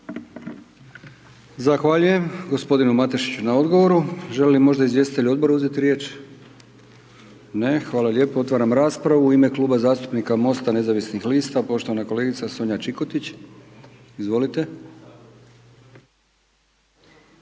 Zahvaljujem gospodinu Matešiću na odgovoru. Želi li možda izvjestitelj odbora uzeti riječ? Ne, hvala lijepo. Otvaram raspravu u ime Kluba zastupnika MOST-a nezavisnih lista, poštovana kolegica Sonja Čikotić, izvolite.